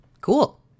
Cool